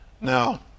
Now